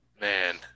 Man